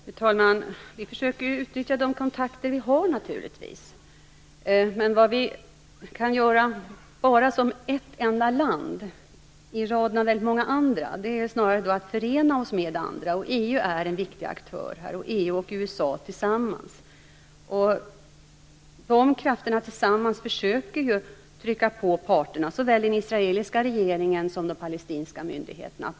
Fru talman! Vi försöker naturligtvis utnyttja de kontakter vi har. Men vad Sverige kan göra som ett enda land, i raden av många andra, är att förena sig med andra länder. Här är EU, tillsammans med USA, en viktig aktör. Dessa krafter försöker tillsammans trycka på parterna - såväl den israeliska regeringen som de palestinska myndigheterna.